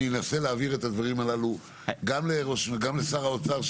אני אנסה להעביר את הדברים הללו גם לשר האוצר,